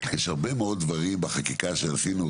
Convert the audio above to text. יש הרבה מאוד דברים בחקיקה שעשינו,